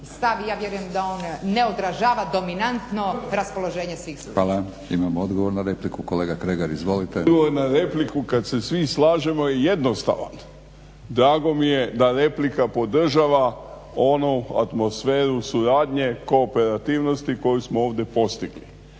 stav i ja vjerujem da on ne odražava dominantno raspoloženje svih sudaca. **Batinić, Milorad (HNS)** Hvala. Imamo odgovor na repliku. Kolega Kregar izvolite. **Kregar, Josip (Nezavisni)** Odgovor na repliku kada se svi slažemo je jednostavan. Drago mi je da replika podržava onu atmosferu suradnje kooperativnosti koju smo ovdje postigli.